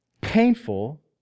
painful